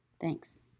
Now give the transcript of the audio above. Thanks